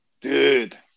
dude